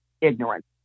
ignorance